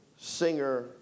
singer